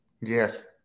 Yes